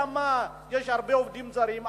למה יש הרבה עובדים זרים,